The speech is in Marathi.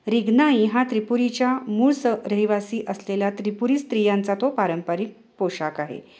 रिग्नाई हा त्रिपुरीच्या मूळ स रहिवासी असलेल्या त्रिपुरी स्त्रियांचा तो पारंपरिक पोशाख आहे